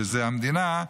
שזאת המדינה,